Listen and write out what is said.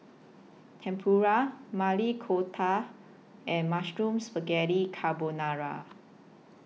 Tempura Maili Kofta and Mushroom Spaghetti Carbonara